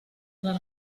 les